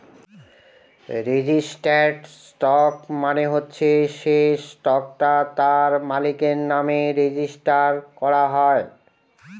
registered stock মানে হচ্ছে সে স্টকটা তার মালিকের নামে রেজিস্টার করা হয়